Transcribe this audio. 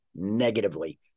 negatively